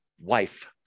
wife